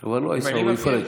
אתה כבר לא עיסאווי פריג',